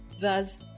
thus